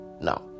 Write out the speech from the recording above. Now